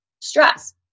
stress